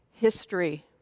history